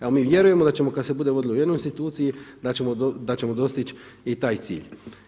Evo mi vjerujemo da ćemo kada se bude vodilo u jednoj instituciji da ćemo dostići i taj cilj.